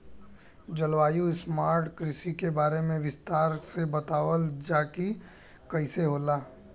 जलवायु स्मार्ट कृषि के बारे में विस्तार से बतावल जाकि कइसे होला?